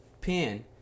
pin